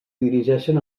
dirigeixen